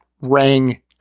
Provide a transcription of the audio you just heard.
rang